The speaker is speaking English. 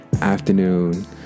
afternoon